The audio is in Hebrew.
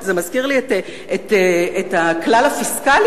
זה מזכיר לי את הכלל הפיסקלי